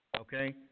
Okay